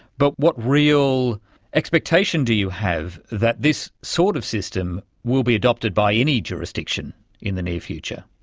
but what real expectation do you have that this sort of system will be adopted by any jurisdiction in the near future?